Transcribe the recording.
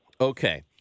Okay